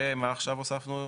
ומה עכשיו הוספנו?